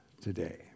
today